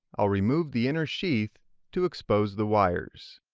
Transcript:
ah remove the inner sheath to expose the wires.